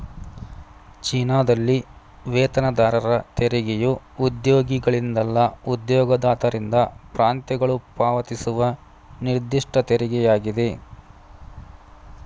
ಚೀನಾದಲ್ಲಿ ವೇತನದಾರರ ತೆರಿಗೆಯು ಉದ್ಯೋಗಿಗಳಿಂದಲ್ಲ ಉದ್ಯೋಗದಾತರಿಂದ ಪ್ರಾಂತ್ಯಗಳು ಪಾವತಿಸುವ ನಿರ್ದಿಷ್ಟ ತೆರಿಗೆಯಾಗಿದೆ